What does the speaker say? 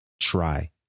try